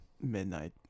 midnight